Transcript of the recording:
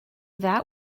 that